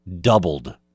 doubled